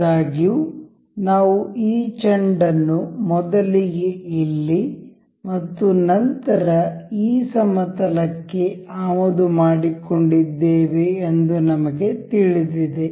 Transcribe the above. ಆದಾಗ್ಯೂ ನಾವು ಈ ಚೆಂಡನ್ನು ಮೊದಲಿಗೆ ಇಲ್ಲಿ ಮತ್ತು ನಂತರ ಈ ಸಮತಲ ಕ್ಕೆ ಆಮದು ಮಾಡಿಕೊಂಡಿದ್ದೇವೆ ಎಂದು ನಮಗೆ ತಿಳಿದಿದೆ